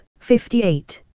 58